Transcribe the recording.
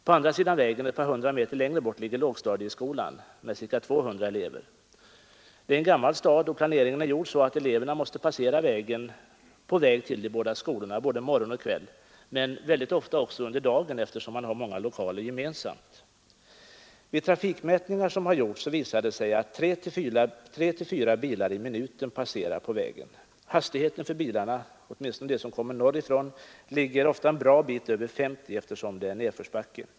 På andra sidan vägen, ett par hundra meter längre bort, ligger lågstadieskolan med cirka 200 elever. Stadsplaneringen är gammal och gjord så att elever måste passera vägen på väg till de båda skolorna, morgon och kväll, men ofta också på dagen eftersom många lokaler är gemensamma. Vid de trafikmätningar som gjorts visar det sig att tre till fyra bilar i minuten passerar på vägen. Hastigheten för bilarna, åtminstone de som kommer norr ifrån, ligger ofta en bra bit över 50 km/tim, eftersom det är nedförsbacke.